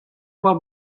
war